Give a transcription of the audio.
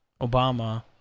Obama